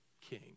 king